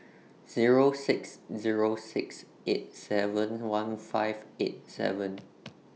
Zero six Zero six eight seven one five eight seven